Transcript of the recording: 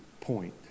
point